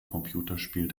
computerspiel